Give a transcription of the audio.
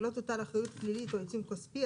ולא תוטל אחריות פלילית או עיצום כספי,